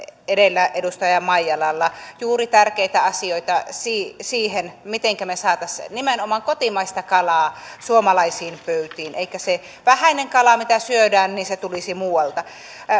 edellä edustaja maijalalla juuri tärkeitä asioita siihen siihen mitenkä me saisimme nimenomaan kotimaista kalaa suomalaisiin pöytiin ettei se vähäinen kala mitä syödään tulisi muualta